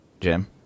Jim